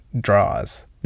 draws